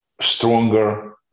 stronger